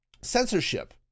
censorship